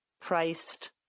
priced